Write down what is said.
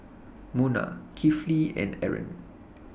Munah Kifli and Aaron